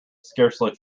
scarcely